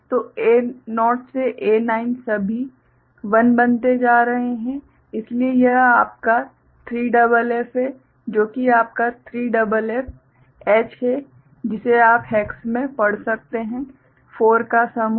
तो A0 से A9 सभी 1बनते जा रहे हैं इसलिए यह आपका 3FF है जो कि आपका 3FFH है जिसे आप हेक्स में पढ़ सकते हैं 4 का समूह